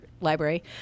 library